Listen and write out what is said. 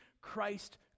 Christ